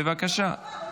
בבקשה.